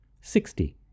Sixty